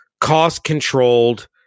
cost-controlled